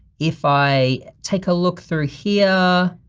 if i take a look through here,